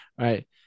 right